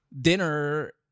dinner